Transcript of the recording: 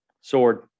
Sword